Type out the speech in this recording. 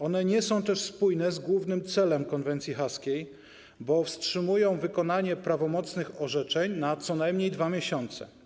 One nie są też spójne z głównym celem konwencji haskiej, bo wstrzymują wykonanie prawomocnych orzeczeń na co najmniej 2 miesiące.